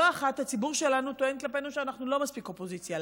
לא אחת הציבור שלנו טוען כלפינו שאנחנו לא מספיק אופוזיציה.